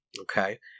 Okay